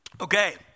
Okay